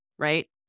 Right